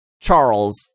Charles